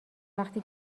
وقتی